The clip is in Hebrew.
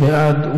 מי בעד?